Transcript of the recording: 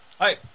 Hi